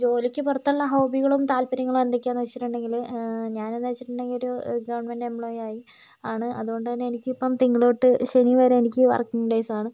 ജോലിക്ക് പുറത്തുള്ള ഹോബികളും താൽപര്യങ്ങളും എന്തൊക്കെയാന്ന് വെച്ചിട്ടുണ്ടെങ്കില് ഞാനെന്ന് വെച്ചിട്ടുണ്ടെങ്കില് ഒരു ഗവർമെൻറ്റ് എംപ്ലോയി ആയി ആണ് അതുകൊണ്ട് തന്നേ എനിക്കിപ്പം തിങ്കൾ തൊട്ട് ശനി വരേ എനിക്ക് വർക്കിംഗ് ഡേയ്സാണ്